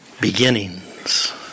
beginnings